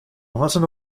martin